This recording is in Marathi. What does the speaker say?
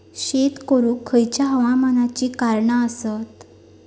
शेत करुक खयच्या हवामानाची कारणा आसत?